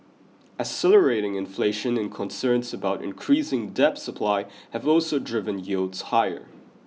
accelerating inflation and concerns about increasing debt supply have also driven yields higher